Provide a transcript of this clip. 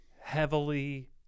heavily